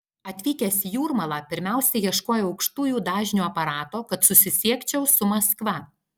atvykęs į jūrmalą pirmiausia ieškojau aukštųjų dažnių aparato kad susisiekčiau su maskva